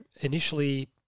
initially